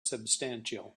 substantial